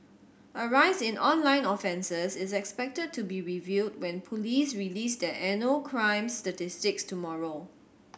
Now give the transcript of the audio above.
a rise in online offences is expected to be revealed when police release their annual crime statistics tomorrow